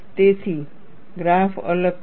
તેથી ગ્રાફ અલગ છે